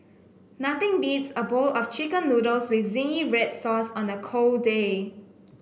nothing beats a bowl of chicken noodles with zingy red sauce on a cold day